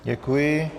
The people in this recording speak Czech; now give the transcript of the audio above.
Děkuji.